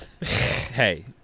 hey